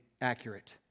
accurate